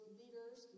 leaders